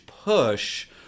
push